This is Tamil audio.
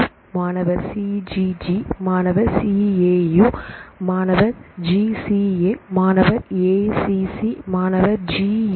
சி ஜி யு மாணவர் C C G C C G மாணவர் C A U CA U மாணவர் ஜிசிஏ ஜிசிஏ மாணவர்ஏசிசி ஏசிசி ஏசிசி மாணவர் ஜிஏஏ